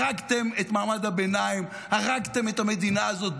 הרגתם את מעמד הביניים, הרגתם את המדינה הזאת.